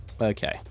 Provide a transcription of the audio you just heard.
okay